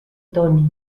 tony